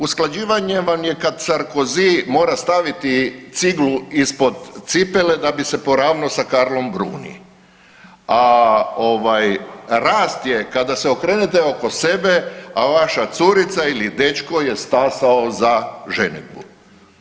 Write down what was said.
Usklađivanje vam je kad Sarkozy mora staviti ciglu ispod cipele da bi se poravno sa Carlom Bruni, a ovaj, rast je kada se okrenete oko sebe, a vaša curica ili dečko je stasao za ženidbu.